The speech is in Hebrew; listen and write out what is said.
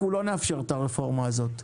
אנחנו לא נאפשר את הרפורמה הזאת.